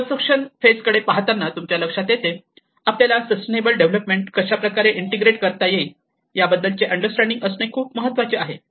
reconstruction phase कडे पाहताना तुमच्या लक्षात येते आपल्याला सस्टेनेबल डेव्हलपमेंट कशाप्रकारे इंटिग्रेट करता येईल याबद्दलचे अंडरस्टँडिंग असणे खूप महत्त्वाचे आहे